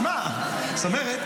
זאת אומרת,